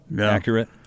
accurate